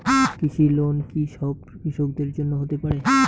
কৃষি লোন কি সব কৃষকদের জন্য হতে পারে?